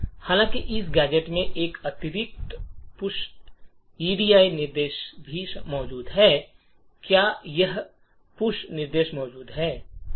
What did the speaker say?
हालाँकि इस गैजेट में एक अतिरिक्त पुश एडी निर्देश भी मौजूद है क्या यह पुश निर्देश मौजूद है